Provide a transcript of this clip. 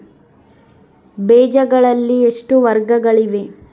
ಬೇಜಗಳಲ್ಲಿ ಎಷ್ಟು ವರ್ಗಗಳಿವೆ?